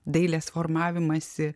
dailės formavimąsi